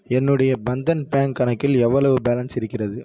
என்னுடைய பந்தன் பேங்க் கணக்கில் எவ்வளவு பேலன்ஸ் இருக்கிறது